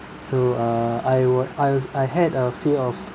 so err I was I was I had a fear of